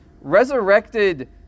resurrected